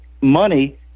money